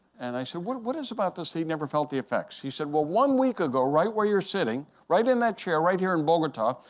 and i said, what it is about this, he never felt the effects? he said, well, one week ago, right where you're sitting, right in that chair right here in bogota,